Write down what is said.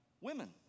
women